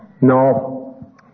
No